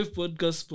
podcast